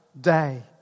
day